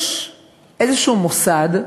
יש איזשהו מוסד,